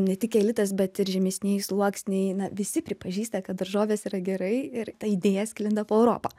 ne tik elitas bet ir žemesnieji sluoksniai na visi pripažįsta kad daržovės yra gerai ir ta idėja sklinda po europą